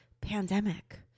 pandemic